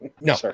No